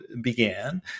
began